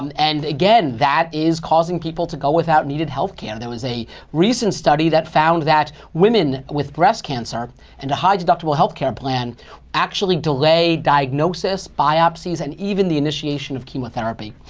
um and again, that is causing people to go without needed health care. there was a recent study that found that women with breast cancer and a high deductible health care plan actually delayed diagnosis, biopsies, and even the initiation of chemotherapy.